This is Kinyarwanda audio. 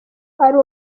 ari